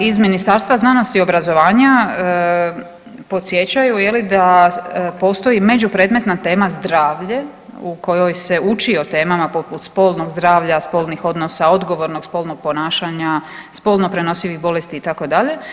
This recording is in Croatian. Iz Ministarstva znanosti i obrazovanja podsjećaju da postoji međupredmetna tema zdravlje u kojoj se uči o temama poput spolnog zdravlja, spolnih odnosa, odgovornog spolnog ponašanja, spolno prenosivih bolesti itd.